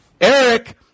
Eric